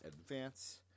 advance